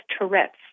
Tourette's